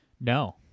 No